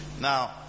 Now